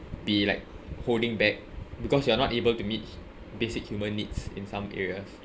be like holding back because you're not able to meet basic human needs in some areas